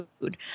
food